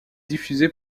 diffusé